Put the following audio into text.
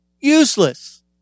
Useless